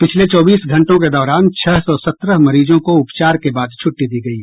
पिछले चौबीस घंटों के दौरान छह सौ सत्रह मरीजों को उपचार के बाद छुट्टी दी गयी